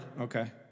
Okay